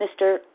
Mr